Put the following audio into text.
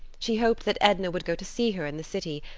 she hoped that edna would go to see her in the city,